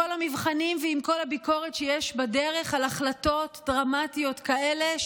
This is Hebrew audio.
המבחנים ועם כל הביקורת שיש בדרך על החלטות דרמטיות כאלה,